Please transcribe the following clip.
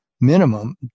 minimum